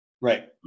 Right